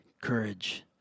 courage